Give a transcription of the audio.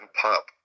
pop